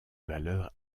valeur